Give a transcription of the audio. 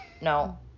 no